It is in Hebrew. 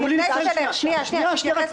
שנייה,